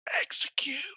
Execute